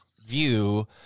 View